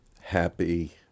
happy